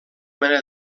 mena